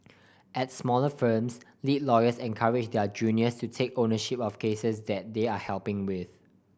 at smaller firms lead lawyers encourage their juniors to take ownership of cases that they are helping with